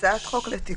הצעת חוק לתיקון